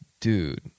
dude